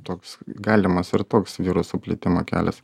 toks galimas ir toks viruso plitimo kelias